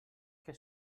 què